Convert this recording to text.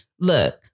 look